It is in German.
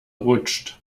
rutscht